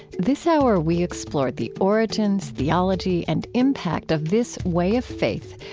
this hour, we explore the origins, theology, and impact of this way of faith,